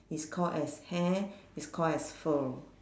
is called as hair is called as fur